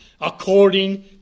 according